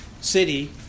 city